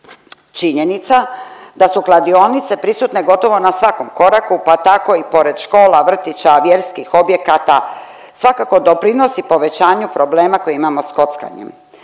Činjenica da su kladionice prisutne gotovo na svakom koraku pa tako i pored škola, vrtića, vjerskih objekata svakako doprinosi povećanju problema koje imamo sa kockanjem.